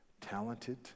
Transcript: talented